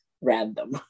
random